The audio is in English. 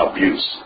Abuse